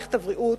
למערכת הבריאות,